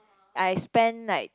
I spend like